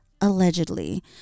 allegedly